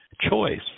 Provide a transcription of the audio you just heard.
Choice